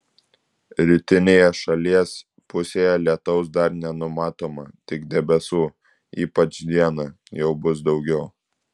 rytinėje šalies pusėje lietaus dar nenumatoma tik debesų ypač dieną jau bus daugiau